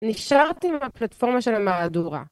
נשארתי בפלטפורמה של המהדורה.